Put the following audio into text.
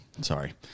sorry